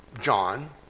john